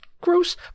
gross